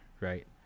right